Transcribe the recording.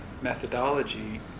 methodology